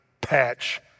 patch